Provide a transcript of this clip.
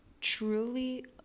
truly